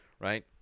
Right